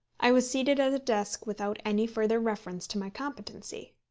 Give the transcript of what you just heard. i was seated at a desk without any further reference to my competency.